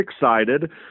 excited